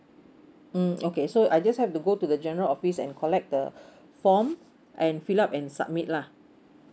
mm okay so I just have to go to the general office and collect the form and fill up and submit lah